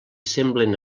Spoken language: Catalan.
semblen